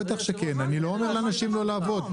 אני לא אומר לאנשים לא לעבוד.